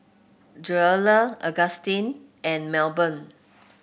Joella Augustin and Melbourne